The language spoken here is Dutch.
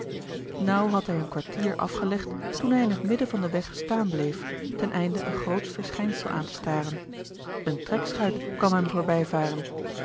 naauw had hij een kwartier afgelegd toen hij in het midden van den weg staan bleef ten einde een grootsch verschijnsel aan te staren eene trekschuit kwam hem voorbij